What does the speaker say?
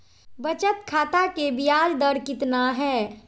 बचत खाता के बियाज दर कितना है?